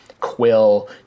quill